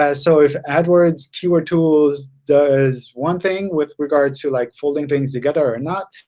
ah so if adwords keyword tools does one thing with regards to like folding things together or not,